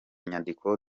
nyandiko